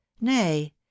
nay